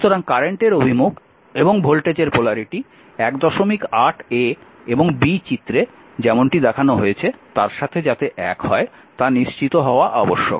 সুতরাং কারেন্টের অভিমুখ এবং ভোল্টেজের পোলারিটি 18 a এবং b চিত্রে যেমনটি দেখানো হয়েছে তার সাথে যাতে এক হয় তা নিশ্চিত হওয়া আবশ্যক